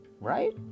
Right